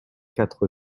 quatre